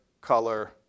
color